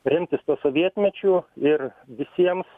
remtis tuo sovietmečiu ir visiems